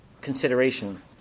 consideration